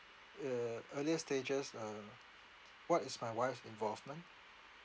uh earlier stages uh what is my wife's involvement